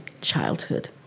childhood